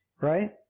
right